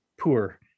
poor